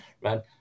right